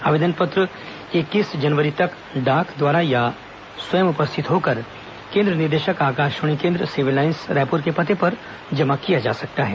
आवेदन पत्र इक्कीस जनवरी तक डाक द्वारा अथवा स्वयं उपस्थित होकर केन्द्र निदेशक आकाशवाणी केन्द्र सिविल लाईन्स रायपुर के पते पर जमा किया जा सकता है